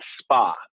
spa